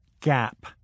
Gap